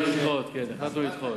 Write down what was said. החלטנו לדחות.